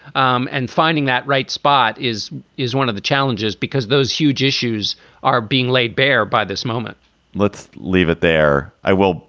um and finding that right spot is is one of the challenges because those huge issues are being laid bare by this moment let's leave it there. i will.